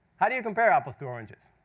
how do you compare apples to oranges?